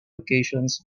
locations